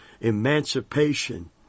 Emancipation